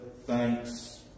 thanks